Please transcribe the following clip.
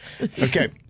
Okay